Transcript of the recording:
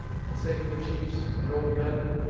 and say to the chiefs, and old men,